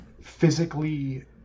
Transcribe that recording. physically